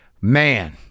man